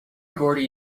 gordy